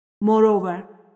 Moreover